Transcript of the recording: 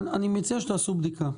אני מציע שתעשו בדיקה.